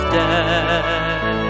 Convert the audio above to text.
dead